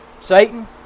Satan